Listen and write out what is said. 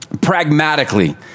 pragmatically